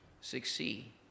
succeed